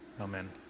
Amen